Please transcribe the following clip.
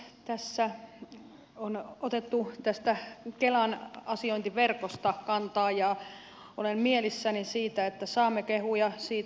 tässä on otettu tähän kelan asiointiverkkoon kantaa ja olen mielissäni siitä että saamme kehuja siitä